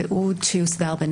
התיעוד שיוסדר.